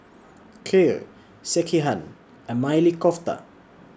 Kheer Sekihan and Maili Kofta